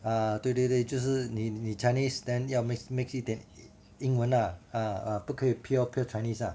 啊对对对就是你你 chinese then 要 mix mix 一点英文啦不可以 pure pure chinese lah